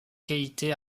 qualité